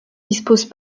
disposent